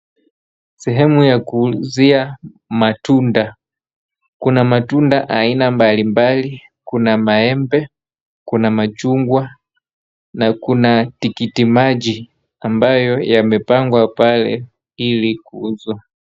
Sehemu ya kuuzia matunda kuna amatunda aina mbalimbali kuna maembe, kuna machungwa na kuna tikiti maji ambayo yamepangwa pale ili kuuzwa.